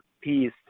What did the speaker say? peace